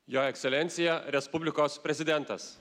jo ekscelencija respublikos prezidentas